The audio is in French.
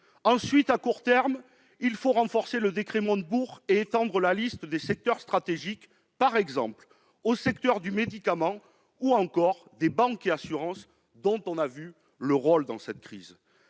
Ensuite, à court terme, il faudra renforcer le décret Montebourg et étendre la liste des secteurs stratégiques, par exemple au secteur du médicament ou à celui des banques et des assurances, dont on a vu le rôle dans cette crise.